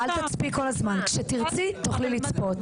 אל תצפי כל הזמן, כשתרצי תוכלי לצפות.